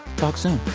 talk soon